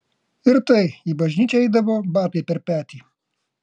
ir tai į bažnyčią eidavo batai per petį